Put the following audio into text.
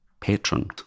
patron